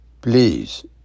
Please